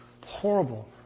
horrible